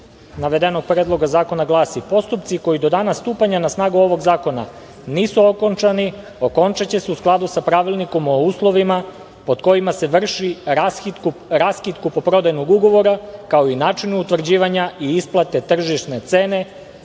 navedenog Predloga zakona glasi – postupci koji do dana stupanja na snagu ovog zakona nisu okončani, okončaće se u skladu sa Pravilnikom o uslovima pod kojima se vrši raskid kupoprodajnog ugovora, kao i način utvrđivanja i isplate tržišne cene